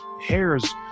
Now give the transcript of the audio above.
hairs